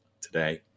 today